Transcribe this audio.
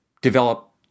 Develop